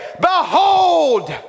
Behold